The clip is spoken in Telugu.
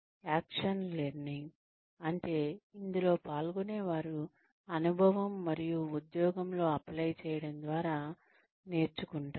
యాక్షన్ లెర్నింగ్ అంటే ఇందులో పాల్గొనేవారు అనుభవం మరియు ఉద్యోగంలో అప్లై చేయడం ద్వారా నేర్చుకుంటారు